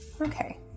okay